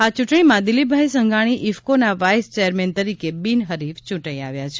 આ ચૂંટણીમાં દિલીપભાઈ સંઘાણી ઇફકોના વાઇસ ચેરમેન તરીકે બિનહરીફ ચૂંટાઇ આવ્યા છે